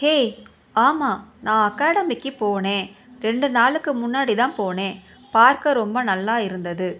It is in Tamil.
ஹேய் ஆமாம் நான் அகாடமிக்கு போனேன் ரெண்டு நாளுக்கு முன்னாடி தான் போனேன் பார்க்க ரொம்ப நல்லா இருந்தது